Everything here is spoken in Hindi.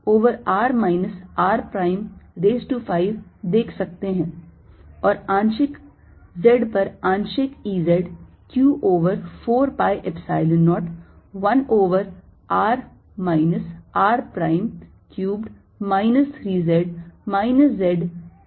और आंशिक z पर आंशिक E z q over 4 pi Epsilon 0 1 over r minus r prime cubed minus 3 z minus z prime square over r minus r prime raise to 5 होगा